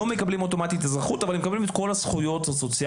לא מקבלים אוטומטית אזרחות אבל הם מקבלים את כל הזכויות הסוציאליות,